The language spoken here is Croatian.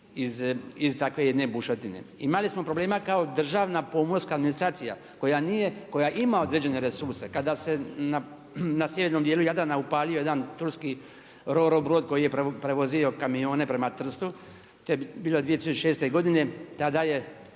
iz takve jedne bušotine. Imali smo problema kao državna pomorska administracija koja nije, koja ima određene resurse, kada se na sjevernom dijelu Jadrana upalio jedan turski …/Govornik se ne razumije./… brod koji je prevozio kamione prema Trstu. To je bilo 2006. godine. Tada je